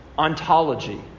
ontology